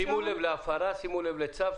שימו לב להפרה, שימו לב לצו.